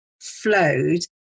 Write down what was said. flowed